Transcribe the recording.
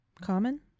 Common